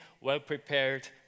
well-prepared